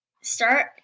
start